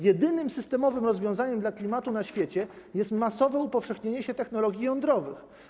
Jedynym systemowym rozwiązaniem dla klimatu na świecie jest masowe upowszechnienie się technologii jądrowych.